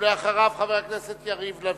אחריו, חבר הכנסת יריב לוין,